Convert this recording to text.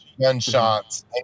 gunshots